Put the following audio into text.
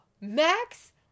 Max